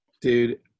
Dude